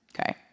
okay